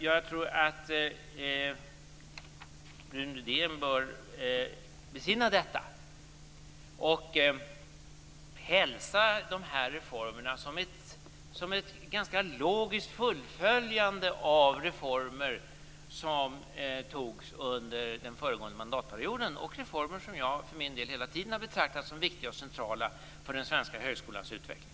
Jag tror att Rune Rydén bör besinna detta och hälsa de här reformerna som ett ganska logiskt fullföljande av reformer som antogs under den föregående mandatperioden. Det är reformer som jag för min del hela tiden har betraktat som viktiga och centrala för den svenska högskolans utveckling.